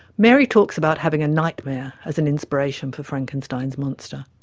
mary talks about having a nightmare as an inspiration for frankenstein's monster,